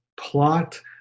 plot